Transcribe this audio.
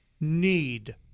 need